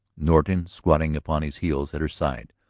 norton, squatting upon his heels at her side,